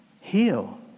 heal